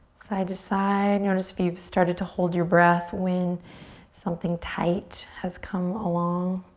side to side. notice if you've started to hold your breath when something tight has come along.